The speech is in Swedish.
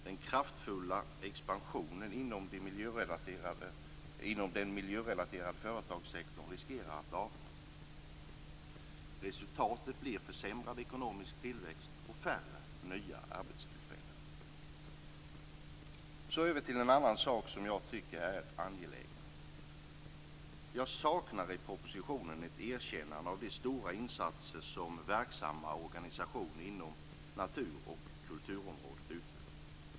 Den kraftfulla expansionen inom den miljörelaterade företagssektorn riskerar att avta. Resultatet blir försämrad ekonomisk tillväxt och färre nya arbetstillfällen. Så över till en annan sak som jag tycker är angelägen. Jag saknar i propositionen ett erkännande av de stora insatser som verksamma organisationer inom natur och kulturområdet utför.